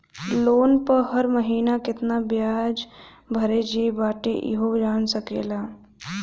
loan पअ हर महिना केतना बियाज भरे जे बाटे इहो जान सकेला